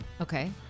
Okay